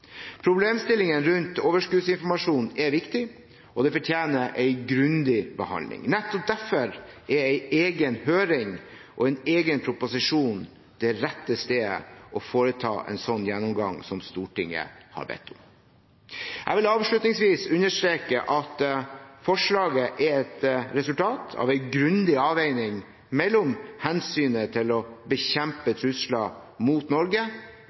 rundt overskuddsinformasjon er viktige, og det fortjener en grundig behandling. Nettopp derfor er en egen høring og en egen proposisjon det rette stedet å foreta en sånn gjennomgang som Stortinget har bedt om. Jeg vil avslutningsvis understreke at forslaget er et resultat av en grundig avveining mellom hensynet til å bekjempe trusler mot Norge